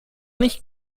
nicht